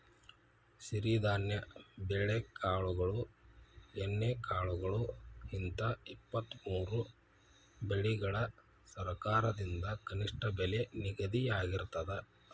ಸಿರಿಧಾನ್ಯ ಬೆಳೆಕಾಳುಗಳು ಎಣ್ಣೆಕಾಳುಗಳು ಹಿಂತ ಇಪ್ಪತ್ತಮೂರು ಬೆಳಿಗಳಿಗ ಸರಕಾರದಿಂದ ಕನಿಷ್ಠ ಬೆಲೆ ನಿಗದಿಯಾಗಿರ್ತದ